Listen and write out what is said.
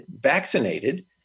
vaccinated